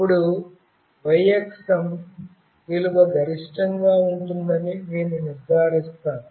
ఇప్పుడు y అక్షం విలువ గరిష్టంగా ఉంటుందని నేను నిర్ధారిస్తాను